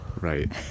right